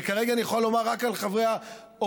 וכרגע אני יכול לומר רק על חברי האופוזיציה,